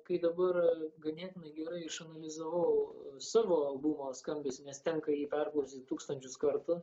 kai dabar ganėtinai gerai išanalizavau savo albumo skambesį nes tenka jį perklausyt tūkstančius kartų